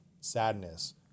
sadness